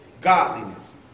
godliness